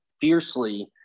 fiercely